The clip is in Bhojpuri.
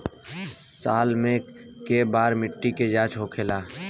साल मे केए बार मिट्टी के जाँच होखेला?